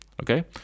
okay